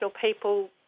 people